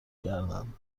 کردند